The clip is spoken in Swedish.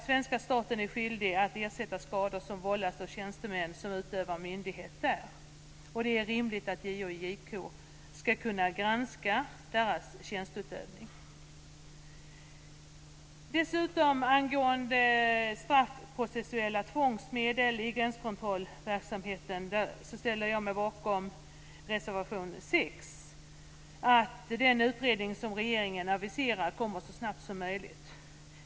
Svenska staten är skyldig att ersätta skador som vållats av tjänstemän som utövar myndighet här. Det är rimligt att JO och JK ska kunna granska deras tjänsteutövning. Dessutom ställer jag mig bakom reservation 6 om straffprocessuella tvångsmedel i gränskontrollverksamheten. Den utredning som regeringen aviserar bör komma så snabbt som möjligt.